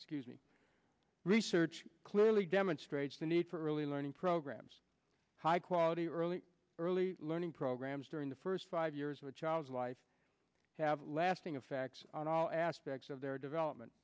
research clearly demonstrates the need for early learning programs high quality early early learning programs during the first five years of a child's life have lasting effects on all aspects of their development